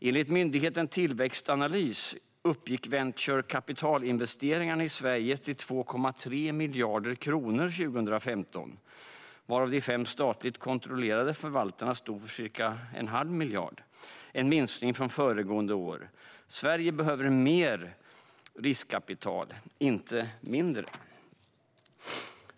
Enligt myndigheten Tillväxtanalys uppgick venture capital-investeringarna i Sverige till 2,3 miljarder kronor 2015, varav de fem statligt kontrollerade förvaltarna stod för cirka en halv miljard. Det är en minskning sedan föregående år. Sverige behöver mer riskkapital, inte mindre.